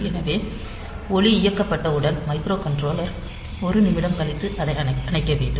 எனவே ஒளி இயக்கப்பட்டவுடன் மைக்ரோகண்ட்ரோலர் 1 நிமிடம் கழித்து அதை அணைக்க வேண்டும்